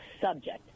subject